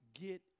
get